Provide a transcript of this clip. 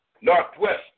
Northwest